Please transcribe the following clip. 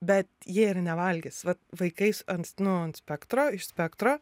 bet jie ir nevalgys va vaikais ans nu ant spektro iš spektro